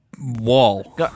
wall